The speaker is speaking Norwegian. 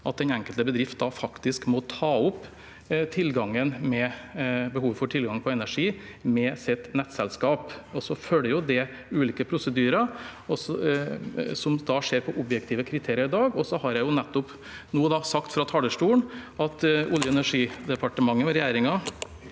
må den enkelte bedrift faktisk ta opp behovet for tilgang på energi med sitt nettselskap. Det følger ulike prosedyrer, som skjer ut fra objektive kriterier i dag. Som jeg nettopp nå har sagt fra talerstolen, har Oljeog energidepartementet og regjeringen